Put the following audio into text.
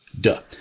Duh